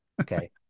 Okay